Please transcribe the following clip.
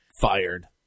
Fired